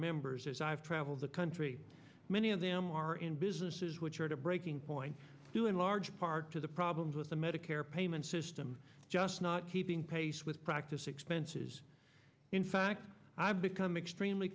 members as i've traveled the country many of them are in businesses which are to breaking point due in large part to the problems with the medicare payment system just not keeping pace with practice expenses in fact i've become extremely